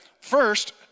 first